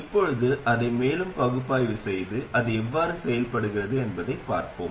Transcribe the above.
இப்போது அதை மேலும் பகுப்பாய்வு செய்து அது எவ்வாறு செயல்படுகிறது என்பதைப் பார்ப்போம்